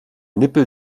nippel